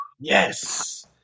Yes